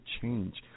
change